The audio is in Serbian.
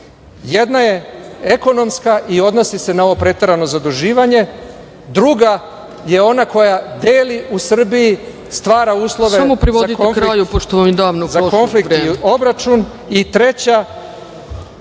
Jedna je ekonomska i odnosi se na ovo preterano zaduživanje. Druga je ona koja deli u Srbiji, stvara uslove za konflikt i obračun i treća